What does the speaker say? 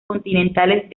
continentales